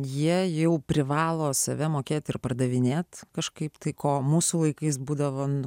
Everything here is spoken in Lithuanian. jie jau privalo save mokėti ir pardavinėti kažkaip tai ko mūsų laikais būdavo